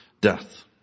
death